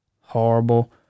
horrible